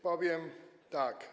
Powiem tak.